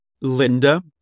Linda